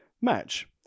match